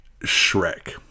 Shrek